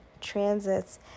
transits